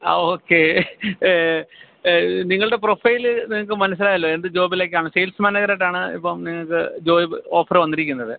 ആ ഓക്കെ നിങ്ങളുടെ പ്രൊഫൈല് നിങ്ങള്ക്ക് മനസ്സിലായല്ലോ എന്ത് ജോബിലേക്കാണ് സെയിൽസ് മാനേജേരായിട്ടാണ് ഇപ്പോള് നിങ്ങള്ക്ക് ജോബ് ഓഫർ വന്നിരിക്കുന്നത്